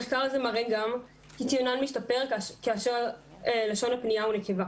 המחקר הזה מראה גם כי הציון שלהן משתפר כאשר לשון הפנייה הוא נקבה.